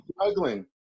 Struggling